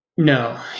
No